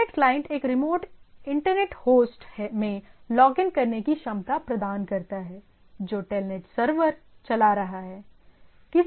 telnet client एक remote internet host में login करने की क्षमता प्रदान करता है जो टेलनेट सर्वर चला रहा है